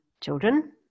children